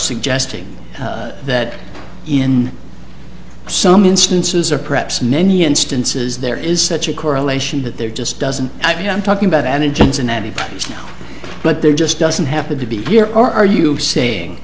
suggesting that in some instances or perhaps many instances there is such a correlation that there just doesn't i mean i'm talking about an intense in any way but there just doesn't have to be here are you saying